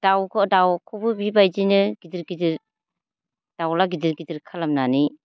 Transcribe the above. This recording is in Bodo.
दाउखौ दाउखौबो बेबायदिनो गिदिर गिदिर दाउज्ला गिदिर गिदिर खालामनानै